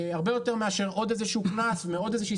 הרבה יותר מאשר עוד איזה שהוא קנס ועוד איזה שהיא